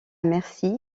merci